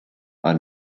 are